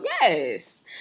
Yes